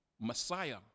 Messiah